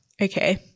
Okay